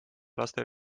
laste